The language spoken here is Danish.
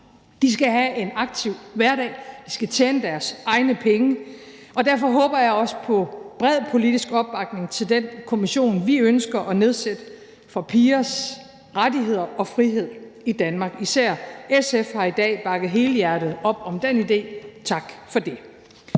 De skal have en aktiv hverdag, de skal tjene deres egne penge, og derfor håber jeg også på bred politisk opbakning til den kommission, vi ønsker at nedsætte, for pigers rettigheder og frihed i Danmark. Især SF har i dag bakket helhjertet op om den idé. Tak for det.